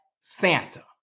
Santa